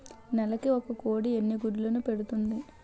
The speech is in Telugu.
నెలకి ఒక కోడి ఎన్ని గుడ్లను పెడుతుంది?